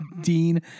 Dean